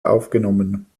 aufgenommen